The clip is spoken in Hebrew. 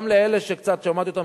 גם לאלה שקצת שמעתי אותם,